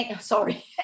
sorry